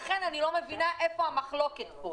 לכן, אני לא מבינה איפה המחלוקת פה.